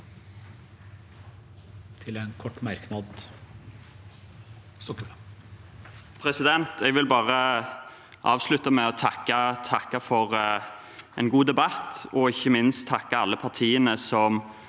Jeg vil bare av- slutte med å takke for en god debatt og ikke minst takke alle partiene som